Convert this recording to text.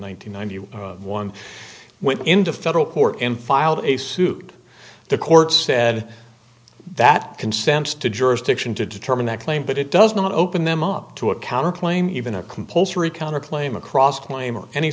hundred one went into federal court and filed a suit the court said that consents to jurisdiction to determine that claim but it does not open them up to a counterclaim even a compulsory counterclaim across claim or any